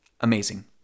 Amazing